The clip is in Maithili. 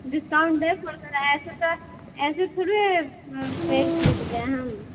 डिस्काउन्ट देब ऐसे तऽ ऐसे थोड़बे फेर खरीदबै हम